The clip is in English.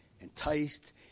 enticed